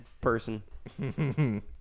person